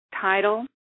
Title